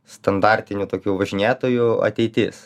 standartinių tokių važinėtojų ateitis